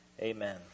Amen